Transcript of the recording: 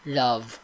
love